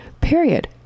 period